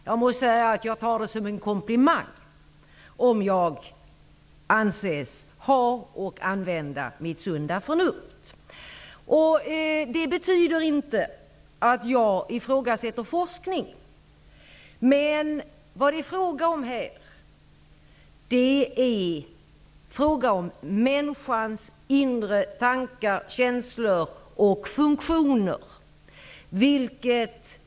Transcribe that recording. Jag måste säga att jag tar det som en komplimang, om jag anses ha och använda sunt förnuft. Det betyder inte att jag ifrågsätter forskning, men vad det här är fråga om är människans inre tankar, känslor och funktioner.